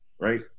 right